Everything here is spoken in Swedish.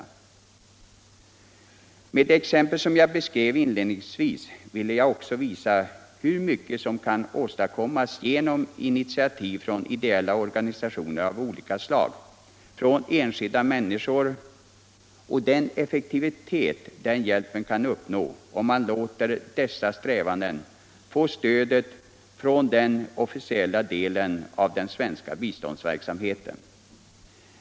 Med de exempel som jag beskrev inledningsvis ville jag också visa hur mycket som kan åstadkommas genom initiativ från ideella organisationer av olika slag och från enskilda människor och vilken effcktivitet den hjälpen kan uppnå, om man låter dessa strävanden få stöd från den officiella delen av den svenska biståndsverksamheten.